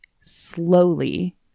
slowly